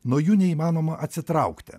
nuo jų neįmanoma atsitraukti